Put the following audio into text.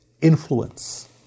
influence